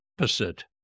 opposite